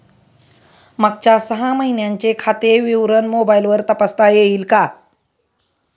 मागच्या सहा महिन्यांचे खाते विवरण मोबाइलवर तपासता येईल का?